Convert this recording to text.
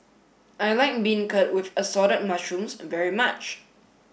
I like Beancurd with Assorted Mushrooms very much